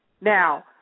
Now